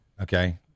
Okay